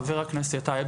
חבר הכנסת טייב,